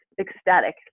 ecstatic